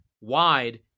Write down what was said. wide